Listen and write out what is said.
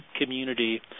community